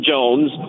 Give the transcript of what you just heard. Jones